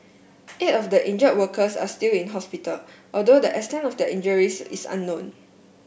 eight of the injured workers are still in hospital although the extent of their injuries is unknown